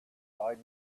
died